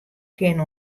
kin